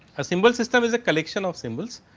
a symbol system is a collection of symbols.